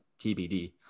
tbd